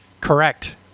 Correct